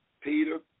Peter